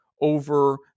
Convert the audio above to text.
over